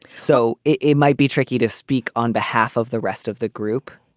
so it might be tricky to speak on behalf of the rest of the group,